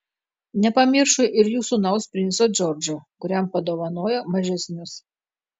nepamiršo ir jų sūnaus princo džordžo kuriam padovanojo mažesnius